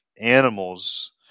animals